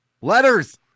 Letters